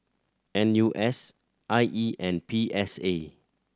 N U S I E and P S A